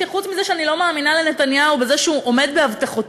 שחוץ מזה שאני לא מאמינה לנתניהו בזה שהוא עומד בהבטחותיו,